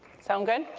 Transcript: sound good?